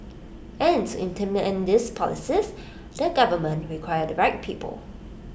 and to implement these policies the government require the right people